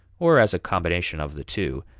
or as a combination of the two.